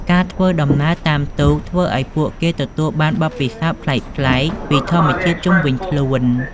ការធ្វើដំណើរតាមទូកធ្វើឱ្យពួកគេទទួលបានបទពិសោធន៍ប្លែកៗពីធម្មជាតិជុំវិញខ្លួន។